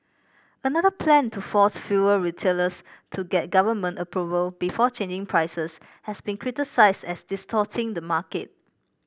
another plan to force fuel retailers to get government approval before changing prices has been criticised as distorting the market